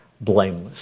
blameless